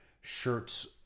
shirts